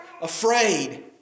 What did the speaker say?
afraid